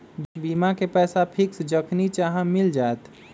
बीमा के पैसा फिक्स जखनि चाहम मिल जाएत?